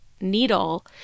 needle